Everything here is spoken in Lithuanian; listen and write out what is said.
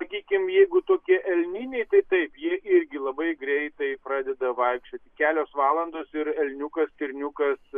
sakykim jeigu tokie elniniai tai taip jie irgi labai greitai pradeda vaikščioti kelios valandos ir elniukas stirniukas